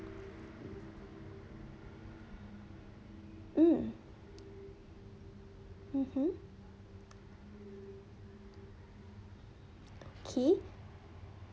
mm mmhmm okay